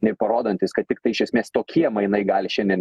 nei parodantis kad tiktai iš esmės tokie mainai gali šiandien